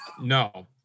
no